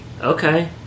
Okay